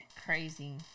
Crazy